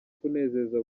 kunezeza